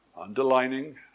Underlining